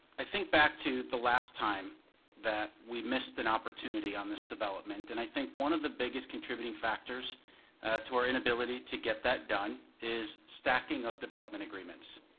i think back to the last time that we missed an opportunity on this development. and i think one of the biggest contributing factors to our inability to get that done is stacking up development agreements.